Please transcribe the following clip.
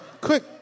quick